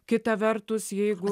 kita vertus jeigu